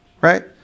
Right